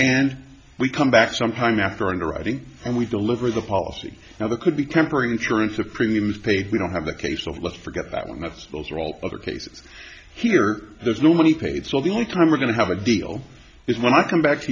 and we come back sometime after underwriting and we deliver the policy now there could be temporary insurance of premiums paid we don't have a case of let's forget that one of those are all other cases here there's no money paid so the only time we're going to have a deal is when i come back to